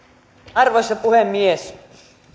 arvoisa puhemies